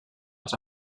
als